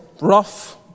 rough